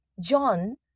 John